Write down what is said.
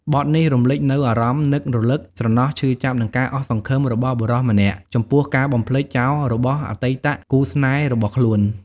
បទនេះរំលេចនូវអារម្មណ៍នឹករលឹក ស្រណោះ ឈឺចាប់ និងការអស់សង្ឃឹមរបស់បុរសម្នាក់ចំពោះការបំភ្លេចចោលរបស់អតីតគូស្នេហ៍របស់ខ្លួន។